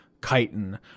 chitin